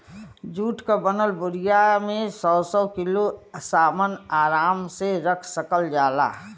जुट क बनल बोरिया में सौ सौ किलो सामन आराम से रख सकल जाला